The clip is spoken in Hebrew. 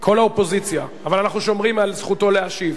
כל האופוזיציה, אבל אנחנו שומרים על זכותו להשיב.